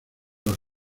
los